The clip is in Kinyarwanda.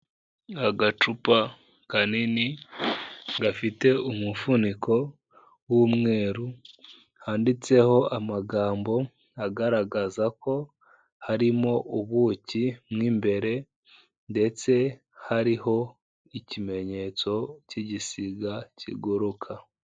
Agacupa kanini, gafite umufuniko w'umweru, handitseho amagambo, agaragaza ko harimo ubuki mwo imbere, ndetse hariho ikimenyetso, cy'igisiga kiguruka.